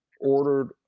ordered